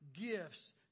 gifts